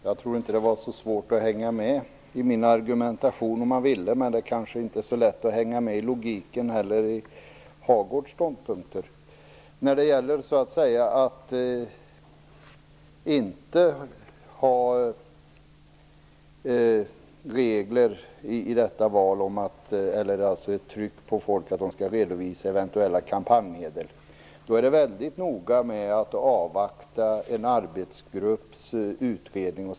Herr talman! Jag tror inte att det är så svårt att hänga med i min argumentation - om man vill. Men det kanske inte heller är så lätt att hänga med i logiken i Birger Hagårds ståndpunkter. Om man inte har ett tryck på folk om att de skall redovisa eventuella kampanjmedel i det här valet, är det mycket viktigt att man avvaktar arbetsgruppens utredning.